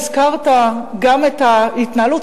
הזכרת גם את ההתנהלות,